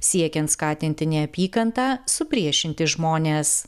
siekiant skatinti neapykantą supriešinti žmones